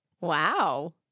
Wow